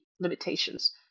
limitations